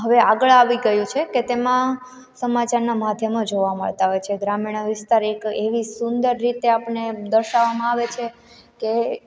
હવે આગળ આવી ગયું છે કે તેમાં સમાચારના માધ્યમો જોવા મળતા હોય છે ગ્રામીણ વિસ્તાર એક એવી સુંદર રીતે આપને દર્શાવામાં આવે છે કે